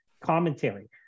commentary